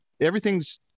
everything's